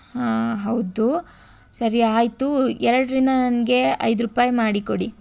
ಹಾಂ ಹೌದು ಸರಿ ಆಯಿತು ಎರಡರಿಂದ ನನಗೆ ಐದು ರೂಪಾಯಿ ಮಾಡಿ ಕೊಡಿ